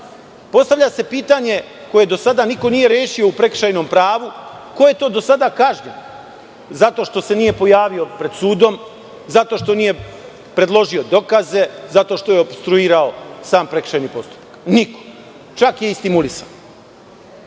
Postavlja se pitanje koje do sada niko nije rešio u prekršajnom pravu, ko je to do sada kažnjen zato što se nije pojavio pred sudom, zato što nije predložio dokaze, zato što je opstruirao sam prekršajni postupak? Niko. Čak je i stimulisan. Pošto